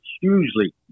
Hugely